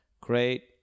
great